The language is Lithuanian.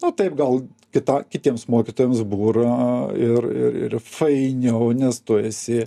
nu taip gal kita kitiems mokytojams būro ir ir ir ir fainiau nes tu esi